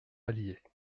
allier